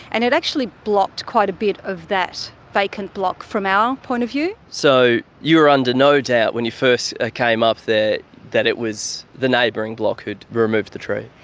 and it actually blocked quite a bit of that vacant block from our point of view. so you were under no doubt when you first ah came up there that it was the neighbouring block who had removed the tree?